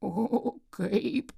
o o o kaip